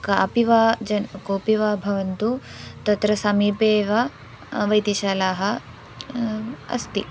कोऽपि वा जनः कोऽपि वा भवतु तत्र समीपे एव वैद्यशालाः अस्ति